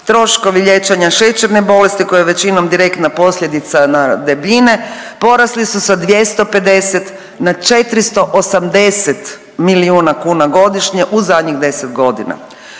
troškovi liječenja šećerne bolesti koji je većinom direktna posljedica debljine, porasli su sa 250 na 480 milijuna kuna godišnje u zadnjih 10 godina.